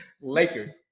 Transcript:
Lakers